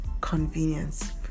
Convenience